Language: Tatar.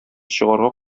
чыгарга